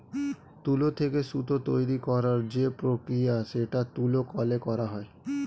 তুলো থেকে সুতো তৈরী করার যে প্রক্রিয়া সেটা তুলো কলে করা হয়